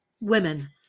women